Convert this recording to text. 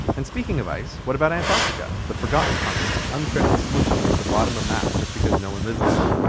and speaking of ice, what about antarctica? the forgotten continent unfairly smushed against the bottom of maps just because no one lives there.